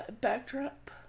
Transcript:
backdrop